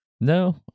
No